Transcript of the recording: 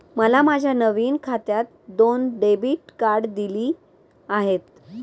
मला माझ्या नवीन खात्यात दोन डेबिट कार्डे दिली आहेत